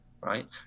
right